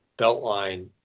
Beltline